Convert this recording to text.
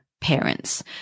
parents